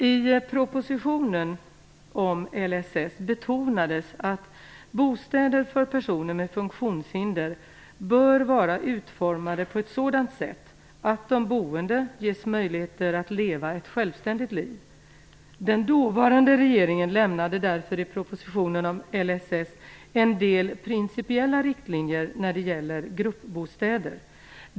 I propositionen om LSS betonades att bostäder för personer med funktionshinder bör vara utformade på ett sådant sätt att de boende ges möjlighet att leva ett självständigt liv. Den dåvarande regeringen lämnade därför i propositionen om LSS en del principiella riktlinjer när det gäller gruppbostäder.